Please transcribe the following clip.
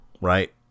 right